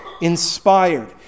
inspired